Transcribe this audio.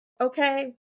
Okay